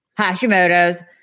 Hashimoto's